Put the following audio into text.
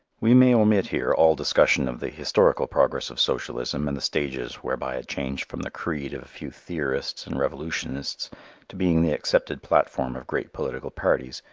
we may omit here all discussion of the historical progress of socialism and the stages whereby it changed from the creed of a few theorists and revolutionists to being the accepted platform of great political parties,